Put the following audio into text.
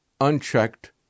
unchecked